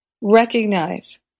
recognize